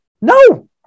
No